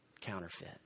counterfeit